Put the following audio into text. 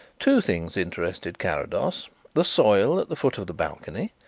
two things interested carrados the soil at the foot of the balcony,